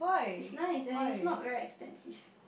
it's nice and it is not very expensive